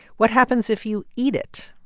what happens if you eat it?